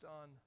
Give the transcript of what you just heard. on